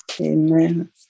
Amen